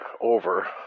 over